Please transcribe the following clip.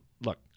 look